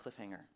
cliffhanger